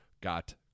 Got